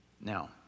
Now